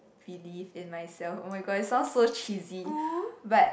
believe in myself oh-my-god sound so cheesy but